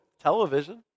television